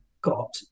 got